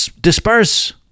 disperse